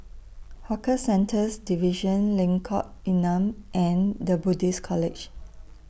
Hawker Centres Division Lengkok Enam and The Buddhist College